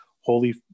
Holy